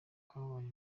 kwabaye